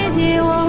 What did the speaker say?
and you